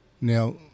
Now